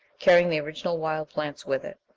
carrying the original wild plants with it.